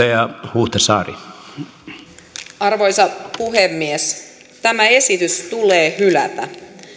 arvoisa puhemies tämä esitys tulee hylätä